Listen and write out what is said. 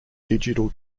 digital